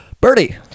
Birdie